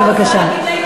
בבקשה.